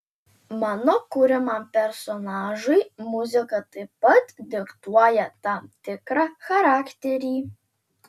mano kuriamam personažui muzika taip pat diktuoja tam tikrą charakterį